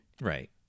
Right